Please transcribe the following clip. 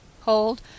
hold